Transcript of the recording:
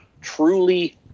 truly